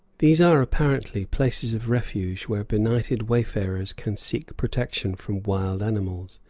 these are apparently places of refuge where benighted wayfarers can seek protection from wild animals.